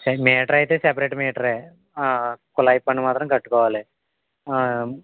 సరే మీటర్ అయితే సపరేట్ మీటరే కుళాయి పన్ను మాత్రం కట్టుకోవాలి